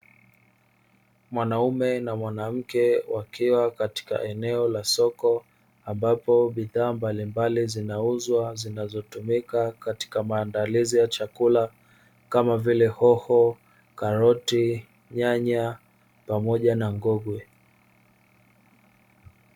Mwanaume na mwanamke wakiwa katika eneo la soko ambapo bidhaa mbalimbali zinauzwa zinazotumika katika maandalizi ya chakula kama vile: hoho, karoti, nyanya pamoja na ngogwe.